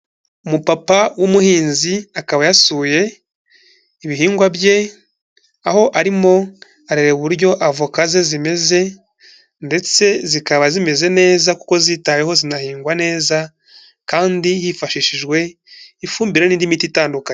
Umupapa w'umuhinzi akaba yasuye ibihingwa bye, aho arimo arareba uburyo avoka ze zimeze, ndetse zikaba zimeze neza kuko zitaweho zahingwa neza, kandi hifashishijwe ifumbire n'indi miti itandukanye.